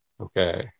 Okay